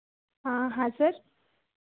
हाँ हाँ सर